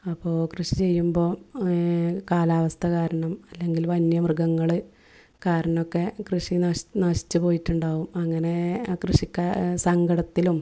അപ്പോൾ കൃഷി ചെയ്യുമ്പോൾ കാലാവസ്ഥ കാരണം അല്ലെങ്കിൽ വന്യമൃഗങ്ങൾ കാരണം ഒക്കെ കൃഷി നശി നശിച്ചു പോയിട്ടുണ്ടാവും അങ്ങനെ കൃഷിക്കാർ സങ്കടത്തിലും